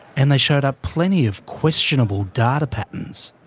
and they showed up plenty of questionable data patterns.